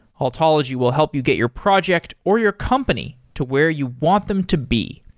altology will help you get your project or your company to where you want them to be.